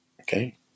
okay